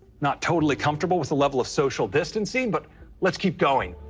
not totally comfortable with the level of social distancing, but let's keep going.